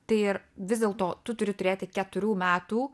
tai ir vis dėlto tu turi turėti keturių metų